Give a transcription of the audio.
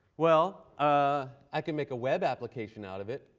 well, ah i can make a web application out of it.